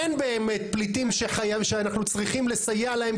אין באמת פליטים שאנחנו צריכים לסייע להם,